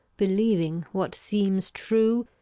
believing what seems true,